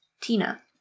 Tina